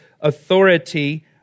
authority